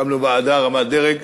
הקמנו ועדה רמת-דרג.